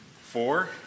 four